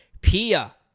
Pia